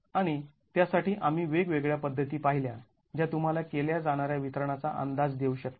आणि त्यासाठी आम्ही वेगवेगळ्या पद्धती पाहिल्या ज्या तुम्हाला केल्या जाणाऱ्या वितरणाचा अंदाज देऊ शकतील